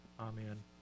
Amen